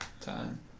time